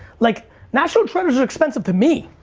like national treasures are expensive to me.